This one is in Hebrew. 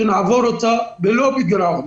שנעבור אותה לא בגירעון?